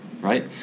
right